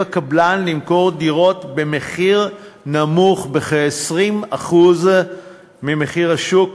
הקבלן למכור דירות במחיר נמוך בכ-20% ממחיר השוק,